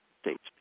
states